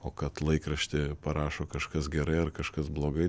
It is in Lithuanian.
o kad laikrašty parašo kažkas gerai ar kažkas blogai